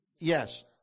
yes